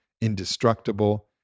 indestructible